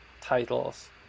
titles